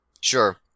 Sure